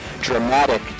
dramatic